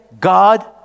God